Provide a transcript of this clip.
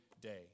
day